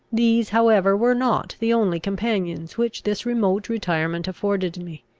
these however were not the only companions which this remote retirement afforded me.